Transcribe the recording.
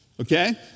Okay